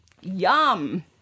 Yum